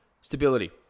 Stability